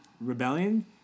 rebellion